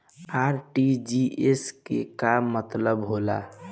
RTGS के का मतलब होला?